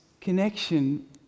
connection